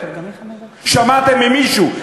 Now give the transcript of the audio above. שמעתם ממישהו,